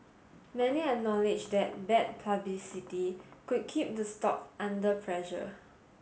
many acknowledge that bad publicity could keep the stock under pressure